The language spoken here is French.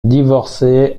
divorcée